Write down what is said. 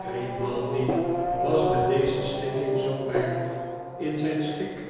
grimaldi was met deze schikking zoo weinig in zijn schik